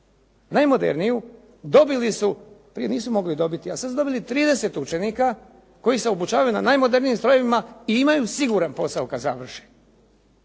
najmoderniju dobili su prije nisu mogli dobiti, a sada su dobili 30 učenika koji se obučavaju na najmodernijim strojevima i imaju siguran posao kada završe.